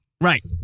Right